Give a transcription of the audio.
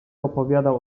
opowiadał